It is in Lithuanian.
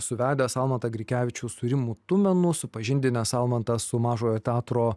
suvedęs almantą grikevičių su rimu tuminu supažindinęs almantą su mažojo teatro